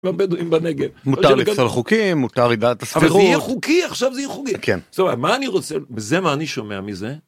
לבדואים בנגב מותר לפסול חוקים מותר .. עכשיו זה חוקי מה אני רוצה וזה מה אני שומע מזה.